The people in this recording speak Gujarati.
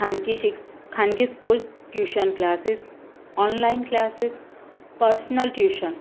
ખાનગી ખાનગી school tuition classes online classes personal tuition